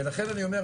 לכן אני אומר,